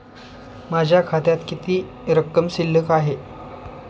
माझ्या खात्यात किती रक्कम शिल्लक आहे?